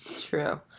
True